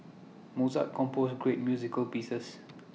Mozart composed great music pieces